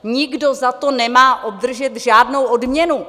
Nikdo za to nemá obdržet žádnou odměnu!